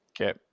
okay